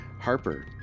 Harper